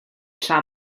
tra